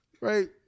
Right